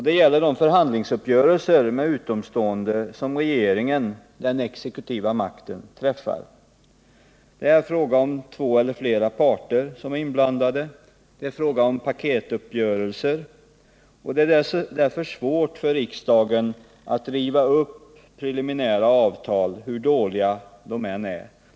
Det gäller de förhandlingsuppgörelser med utomstående som regeringen — den exekutiva makten — träffar. Det är fråga om två eller flera parter som är inblandade, det är fråga om paketuppgörelser, och det är därför svårt för riksdagen att riva upp preliminära avtal, hur dåliga de än är.